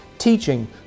teaching